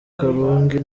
karungi